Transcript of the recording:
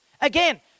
Again